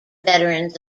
veterans